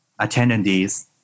attendees